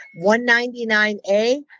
199a